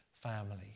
family